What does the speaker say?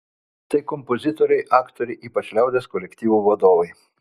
tai kompozitoriai aktoriai ypač liaudies kolektyvų vadovai